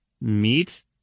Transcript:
Meat